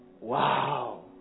Wow